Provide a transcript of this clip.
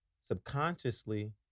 subconsciously